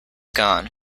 gone